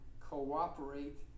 cooperate